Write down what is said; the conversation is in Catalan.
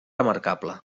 remarcable